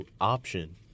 option